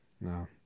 No